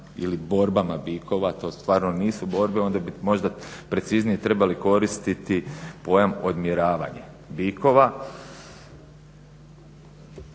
ili borbama bikova. To stvarno nisu borbe onda bi možda preciznije trebali koristiti pojam odmjeravanje bikova,